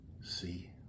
see